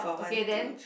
okay then